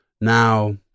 Now